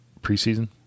preseason